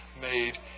made